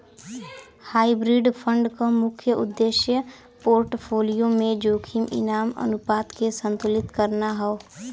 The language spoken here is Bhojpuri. हाइब्रिड फंड क मुख्य उद्देश्य पोर्टफोलियो में जोखिम इनाम अनुपात के संतुलित करना हौ